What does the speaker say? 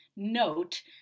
Note